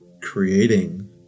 creating